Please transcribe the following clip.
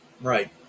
Right